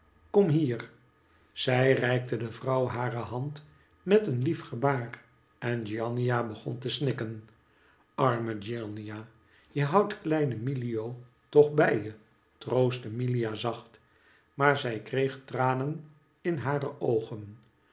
kom hier zij reikte de vrouw hare hand met een lief gebaar en giannina begon te snikken arme giannina je houdt kleine milio toch bij je troostte milia zacht maar zij kreeg tranen in hare oogen